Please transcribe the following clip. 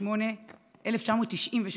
ב-1998